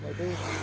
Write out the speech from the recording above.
ಪ್ರಭು